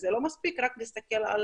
לא מספיק רק להסתכל על